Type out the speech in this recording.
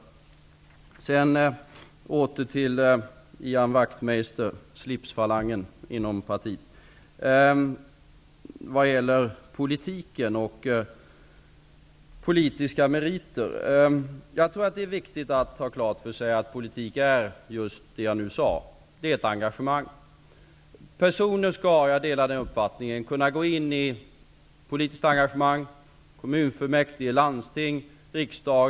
Åter till Ian Wachtmeister, slipsfalangen inom partiet. Det gäller frågan om politiken och politiska meriter. Jag tror att det är viktigt att ha klart för sig att politik är ett engagemang. Personer skall kunna gå in i ett politiskt engagemang i kommunfullmäktige, landsting och riksdag.